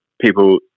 people